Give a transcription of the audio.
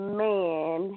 man